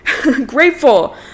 grateful